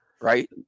Right